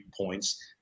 points